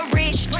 rich